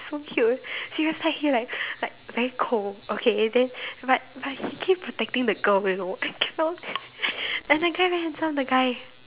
so cute he was like he will like like very cold okay then but but he keep protecting the girl you know I cannot and that guy very handsome the guy